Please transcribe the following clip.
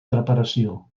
preparació